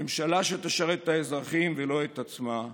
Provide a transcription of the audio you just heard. ממשלה שתשרת את האזרחים ולא את עצמה,